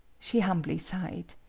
she humbly sighed.